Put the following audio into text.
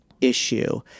issue